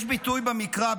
יש ביטוי במקרא,